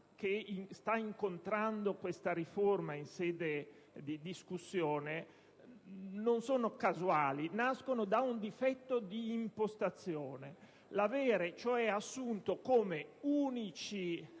che sta incontrando questa riforma in sede di discussione in Parlamento non sono casuali, ma nascono da un difetto di impostazione: l'avere cioè assunto come unici